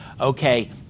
okay